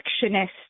protectionist